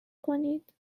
کنید